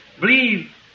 Believe